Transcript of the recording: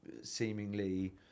seemingly